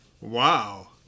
wow